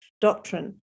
doctrine